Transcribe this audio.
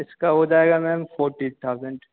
इसका हो जाएगा मैम फोर्टी थाउज़ेंड